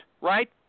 right